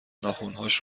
ناخنهاش